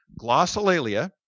Glossolalia